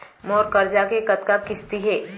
मोर करजा के कतका किस्ती हे?